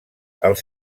els